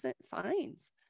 signs